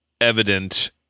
evident